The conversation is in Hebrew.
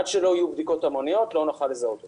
עד שלא יהיו בדיקות המוניות, לא נוכל לזהות אותם.